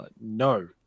No